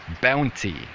bounty